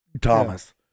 Thomas